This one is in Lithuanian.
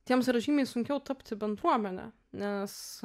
tiems yra žymiai sunkiau tapti bendruomene nes